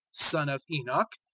son of enoch,